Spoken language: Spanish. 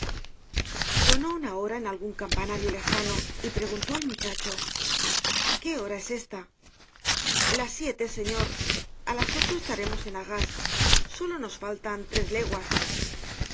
sonó una hora en algun campanario lejano y preguntó al muchacho qué hora es esta las siete señor á las ocho estaremos en arras solo nos faltan tres leguas